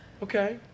Okay